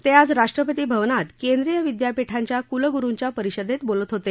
ते आज राष्ट्रपती भवनात केंद्रीय विद्यापीठांच्या कुलगुरूंच्या परिषदेत बोलत होते